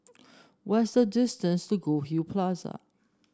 what's the distance to Goldhill Plaza